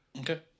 Okay